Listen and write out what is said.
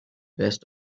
best